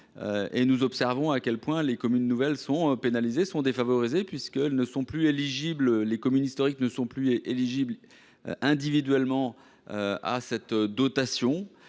et nous observons que les communes nouvelles y sont pénalisées. En effet, les communes historiques ne sont plus éligibles individuellement à cette dotation.